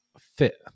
fit